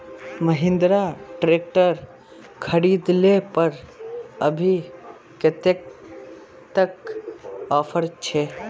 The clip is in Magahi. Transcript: महिंद्रा ट्रैक्टर खरीद ले पर अभी कतेक तक ऑफर छे?